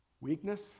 Weakness